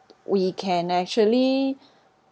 we can actually